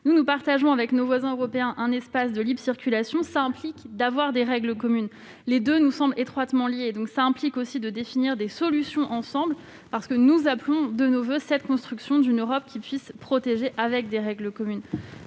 2016. Nous partageons avec nos voisins européens un espace de libre circulation. Cela implique de se doter de règles communes : les deux nous semblent étroitement liés. Cela implique aussi de définir des solutions ensemble, car nous appelons de nos voeux la construction d'une Europe qui puisse protéger avec des règles communes.